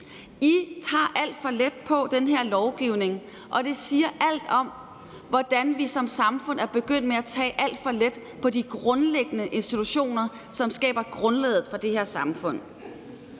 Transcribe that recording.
I tager alt for let på den her lovgivning, og det siger alt om, hvordan vi som samfund er begyndt at tage alt for let på de grundlæggende institutioner, som skaber grundlaget for det her samfund.